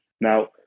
Now